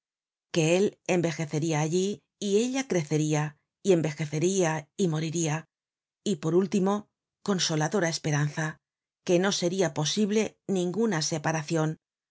que él envejeceria allí y ella creceria y envejeceria y moriria y por último consoladora esperanza que no seria posible ninguna separacion